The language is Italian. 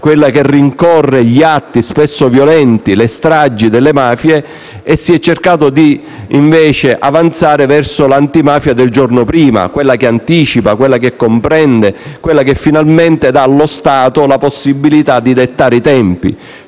quella che rincorre gli atti spesso violenti e le stragi delle mafie) cercando di avanzare verso l'antimafia del giorno prima (quella che anticipa, quella che comprende, quella che finalmente dà allo Stato la possibilità di dettare i tempi).